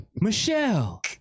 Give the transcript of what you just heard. michelle